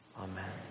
Amen